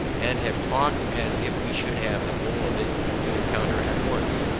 and have talked as if we should have the whole of it to encounter at once,